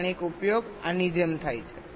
લાક્ષણિક ઉપયોગ આની જેમ થાય છે